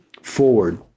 forward